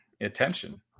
attention